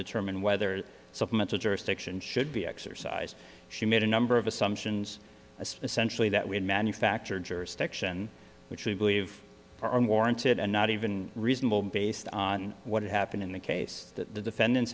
determine whether supplemental jurisdiction should be exercised she made a number of assumptions essentially that we had manufactured jurisdiction which we believe are unwarranted and not even reasonable based on what happened in the case that the defendant